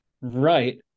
Right